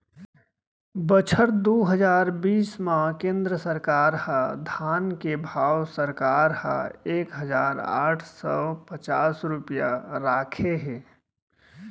बछर दू हजार बीस म केंद्र सरकार ह धान के भाव सरकार ह एक हजार आठ सव पचास रूपिया राखे हे